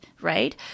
right